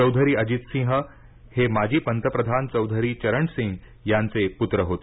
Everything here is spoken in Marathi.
चौधरी अजित सिंह हे माजी पंतप्रधान चौधरी चरण सिंह यांचे पुत्र होते